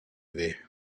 way